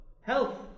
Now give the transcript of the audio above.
health